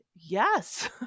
yes